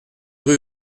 rue